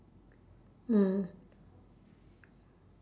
mm